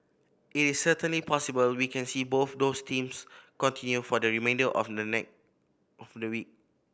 it is certainly possible we can see both those themes continue for the remainder of the of the week